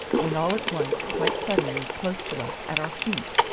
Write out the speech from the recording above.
when all at once, quite suddenly, close to us, at our feet,